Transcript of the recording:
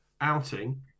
outing